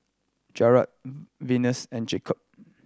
Jerrell Venus and Jacob